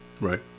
Right